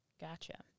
Gotcha